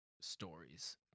stories